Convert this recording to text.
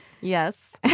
Yes